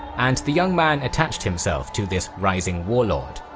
and the young man attached himself to this rising warlord.